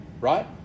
right